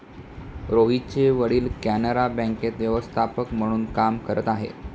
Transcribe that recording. रोहितचे वडील कॅनरा बँकेत व्यवस्थापक म्हणून काम करत आहे